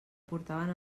portaven